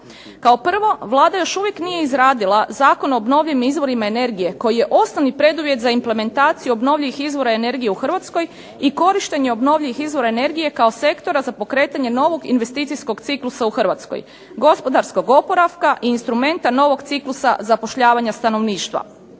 Kao prvo, Vlada još uvijek nije izradila Zakon o obnovljivim izvorima energije koji je osnovni preduvjet za implementaciju obnovljivih izvora energije u Hrvatskoj i korištenje obnovljivih izvora energije kao sektora za pokretanje novog investicijskog ciklusa u Hrvatskoj, gospodarskog oporavka i instrumenta novog ciklusa zapošljavanja stanovništva.